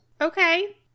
Okay